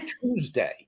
Tuesday